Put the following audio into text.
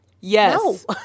Yes